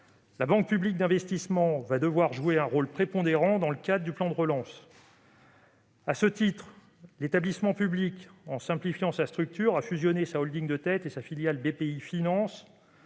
La Banque publique d'investissement va devoir jouer un rôle prépondérant dans le cadre du plan de relance. À ce titre, l'établissement public, en simplifiant sa structure, a fusionné sa holding de tête et sa filiale Bpifrance